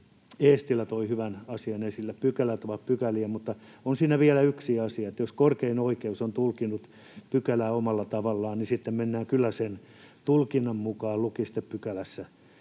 Eestilä toi hyvän asian esille: pykälät ovat pykäliä. Mutta on siinä vielä yksi asia, että jos korkein oikeus on tulkinnut pykälää omalla tavallaan, niin sitten mennään kyllä sen tulkinnan mukaan, luki sitten pykälässä